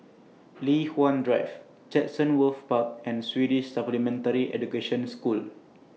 Li Hwan Drive Chatsworth Park and Swedish Supplementary Education School